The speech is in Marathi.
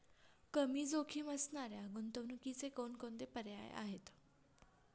कमी जोखीम असणाऱ्या गुंतवणुकीचे कोणकोणते पर्याय आहे?